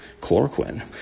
chloroquine